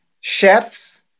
chefs